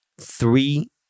three